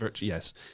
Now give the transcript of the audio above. yes